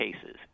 cases